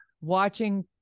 watching